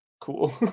Cool